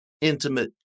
intimate